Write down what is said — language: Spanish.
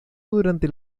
durante